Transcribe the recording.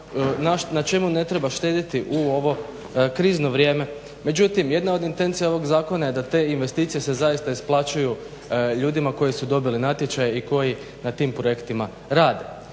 na čemu ne treba štediti u ovo krizno vrijeme, međutim jedna od intencija ovog zakona je da t investicije se zaista isplaćuju ljudima koji su dobili natječaje i koji na tim projektima rade.